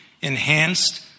Enhanced